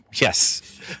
Yes